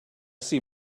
see